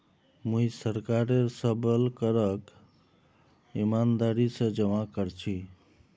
मुई सरकारेर सबल करक ईमानदारी स जमा कर छी